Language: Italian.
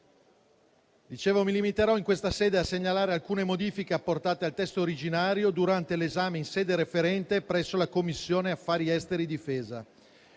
Mi limiterò in questa sede a segnalare alcune modifiche apportate al testo originario durante l'esame in sede referente presso la Commissione affari esteri e difesa.